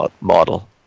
model